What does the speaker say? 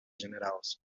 generals